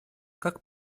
как